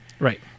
Right